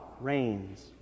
reigns